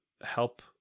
help